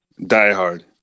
Diehard